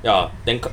ya then